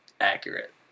accurate